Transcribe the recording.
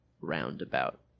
roundabout